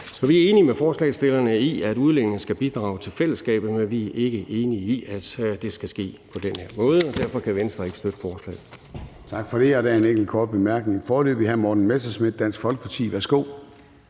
Så vi er enige med forslagsstillerne i, at udlændinge skal bidrage til fællesskabet, men vi er ikke enige i, at det skal ske på den her måde, og derfor kan Venstre ikke støtte forslaget. Kl. 13:51 Formanden (Søren Gade): Tak for det. Der er foreløbig en enkelt kort bemærkning. Hr. Morten Messerschmidt, Dansk Folkeparti. Værsgo.